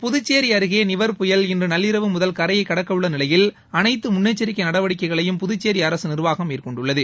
புதுச்சேரி அருகே நிவர் புயல் இன்று நள்ளிரவு முதல் கரையை கடக்கவுள்ள நிலையில் அனைத்து முன்னெச்சரிக்கை நடவடிக்கைகளையும் புதுச்சேரி அரசு நிர்வாகம் மேற்கொண்டுள்ளது